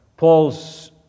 Paul's